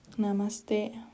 Namaste